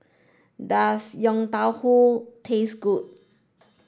does Yong Tau Foo taste good